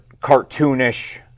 cartoonish